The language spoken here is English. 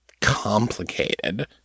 complicated